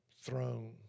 throne